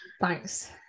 Thanks